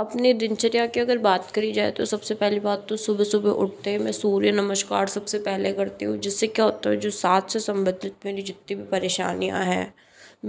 अपने दिनचर्या की अगर बात करी जाय तो सबसे पहली बात तो सुबह सुबह उठते में सूर्य नमस्कार सबसे पहले करती हूँ जिससे क्या होता है जो सांस से संबधित मेरी जितनी भी परेशानियाँ हैं